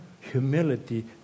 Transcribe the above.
humility